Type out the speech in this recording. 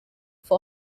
for